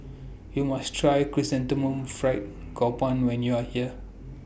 YOU must Try Chrysanthemum Fried Garoupa when YOU Are here